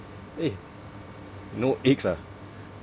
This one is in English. eh no eggs ah